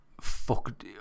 fuck